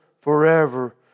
forever